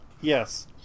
Yes